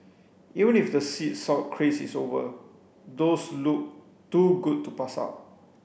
even if the sea salt craze is over those look too good to pass up